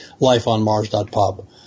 lifeonmars.pub